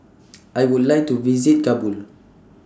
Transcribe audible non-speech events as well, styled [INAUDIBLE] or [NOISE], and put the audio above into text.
[NOISE] I Would like to visit Kabul